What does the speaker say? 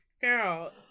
girl